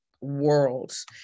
worlds